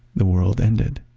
the world ended